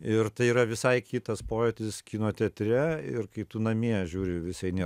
ir tai yra visai kitas pojūtis kino teatre ir kai tu namie žiūri vis eini